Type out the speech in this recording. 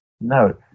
No